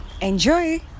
enjoy